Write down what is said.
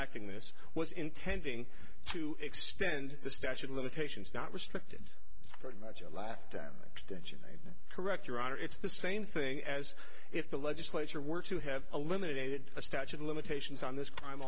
acting this was intending to extend the statute of limitations not restricted pretty much left an extension correct your honor it's the same thing as if the legislature were to have eliminated a statute of limitations on this crime